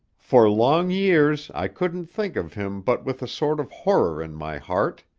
for long years i couldn't think of him but with a sort of horror in my heart.